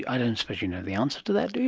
i don't suppose you know the answer to that,